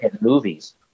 movies